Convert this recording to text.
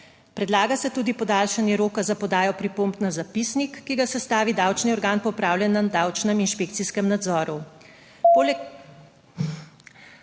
Predlaga se tudi podaljšanje roka za podajo pripomb na zapisnik, ki ga sestavi davčni organ po opravljenem davčnem inšpekcijskem nadzoru.